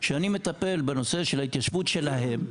שאני מטפל בנושא של ההתיישבות שלהם.